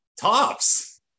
Tops